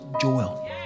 Joel